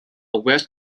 welsh